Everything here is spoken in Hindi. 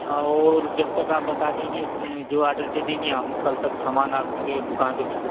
और जब तक आप बता देंगी उतने जो आर्डर दे देंगी हम कल तक समान आपके दुकान पर भिजवा